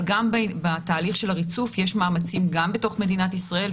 אבל גם בתהליך של הריצוף יש מאמצים גם בתוך מדינת ישראל,